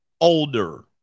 older